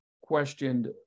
questioned